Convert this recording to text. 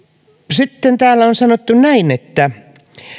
sitten täällä on sanottu näin että